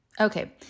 Okay